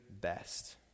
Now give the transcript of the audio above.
best